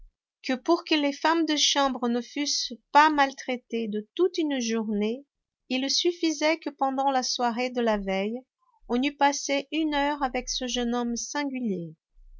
que pour que les femmes de chambre ne fussent pas maltraitées de toute une journée il suffisait que pendant la soirée de la veille on eût passé une heure avec ce jeune homme singulier